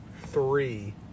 three